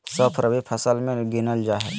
सौंफ रबी फसल मे गिनल जा हय